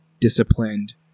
disciplined